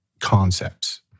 concepts